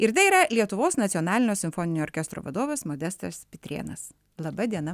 ir tai yra lietuvos nacionalinio simfoninio orkestro vadovas modestas pitrėnas laba diena